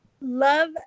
Love